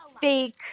fake